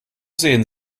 sehen